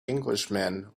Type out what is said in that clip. englishman